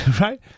Right